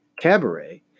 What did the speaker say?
Cabaret